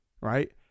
right